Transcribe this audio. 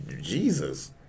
Jesus